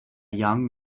young